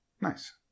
Nice